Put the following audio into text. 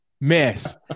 miss